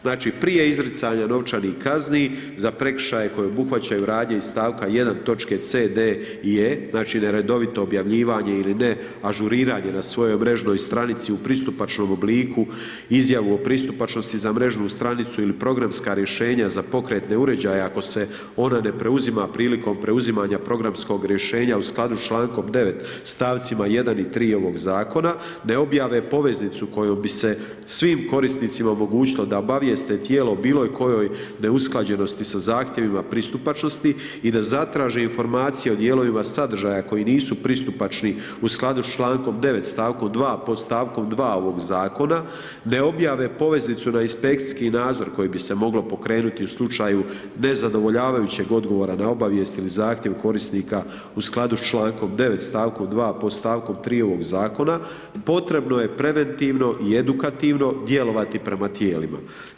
Znači prije izricanja novčanih kazni za prekršaje koje obuhvaćaju radnje iz stavke 1 točke C, D i E znači neredovito objavljivanje ili neažuriranje na svojoj mrežnoj stranici na pristupačnom obliku izjavu o pristupačnosti za mrežnu stranicu ili programska rješenja za pokretne uređaje ako se ona ne preuzima prilikom preuzimanja programskog rješenja u skladu s čl. 9. stavcima 1 i 3 ovog zakona, ne objave poveznicu kojom bi se svim korisnicima omogućilo da obavijestilo tijelo bilokojoj neusklađenosti sa zahtjevima pristupačnosti i da zatraži informacije o dijelovima sadržaja koji nisu pristupačni u skladu sa člankom 9. stavkom 2. podstavkom 2. ovog zakona, ne objave poveznicu na inspekcijski nadzor kojim bi se moglo pokrenuti u slučaju nezadovoljavajućeg odgovora na obavijest ili zahtjev korisnika u skladu sa člankom 9. stavkom 2. podstavkom 3. ovoga zakona, potrebno je preventivno i edukativno djelovati prema tijelima.